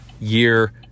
year